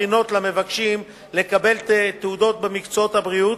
בחינות למבקשים לקבל תעודות במקצועות הבריאות,